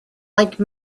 like